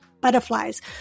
butterflies